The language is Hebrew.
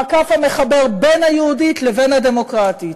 המקף המחבר את "היהודית" ו"הדמוקרטית".